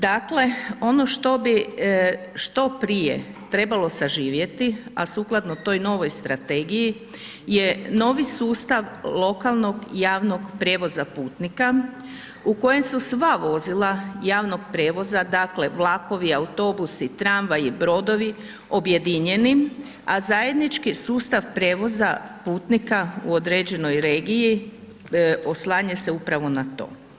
Dakle, ono što bi što prije trebalo saživjeti, a sukladno toj novoj strategiji je novi sustav lokalnog javnog prijevoza putnika, u kojem su sva vozila javnog prijevoza, dakle vlakovi, autobusi, tramvaji, brodovi objedinjeni, a zajednički sustav prijevoza putnika u određenoj regiji oslanja se upravo na to.